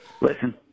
Listen